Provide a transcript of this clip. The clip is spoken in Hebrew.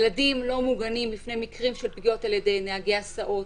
ילדים לא מוגנים בפני מקרים של פגיעות על ידי נהגי הסעות,